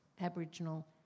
Aboriginal